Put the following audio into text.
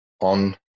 on